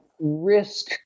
risk